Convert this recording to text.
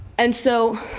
and so,